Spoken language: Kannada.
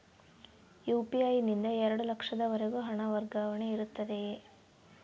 ಯು.ಪಿ.ಐ ನಿಂದ ಎರಡು ಲಕ್ಷದವರೆಗೂ ಹಣ ವರ್ಗಾವಣೆ ಇರುತ್ತದೆಯೇ?